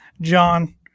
John